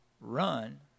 Run